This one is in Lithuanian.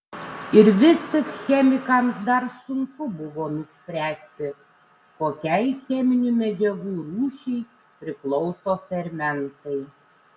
ir vis tik chemikams dar sunku buvo nuspręsti kokiai cheminių medžiagų rūšiai priklauso fermentai